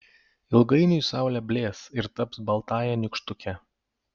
ilgainiui saulė blės ir taps baltąja nykštuke